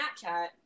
Snapchat